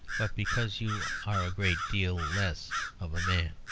but because you are a great deal less of a man.